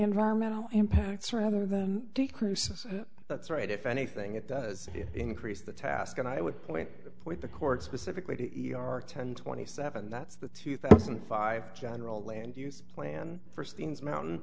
environmental impacts rather than the crucis that's right if anything it does increase the task and i would play with the court specifically to e r ten twenty seven that's the two thousand five general land use plan for scenes mountain